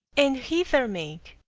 and hither make,